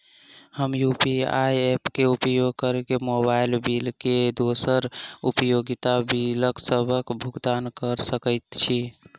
हम UPI app क उपयोग करके मोबाइल बिल आ दोसर उपयोगिता बिलसबक भुगतान कर सकइत छि